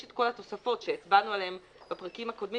את כל התוספות שהצבענו עליהן בפרקים הקודמים,